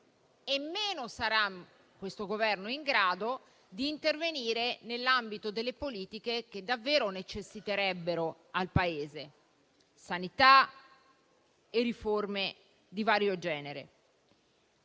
e meno sarà questo Governo in grado di intervenire nell'ambito delle politiche che davvero necessiterebbero al Paese: sanità e riforme di vario genere.